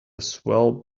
swell